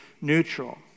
neutral